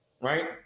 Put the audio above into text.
right